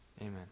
Amen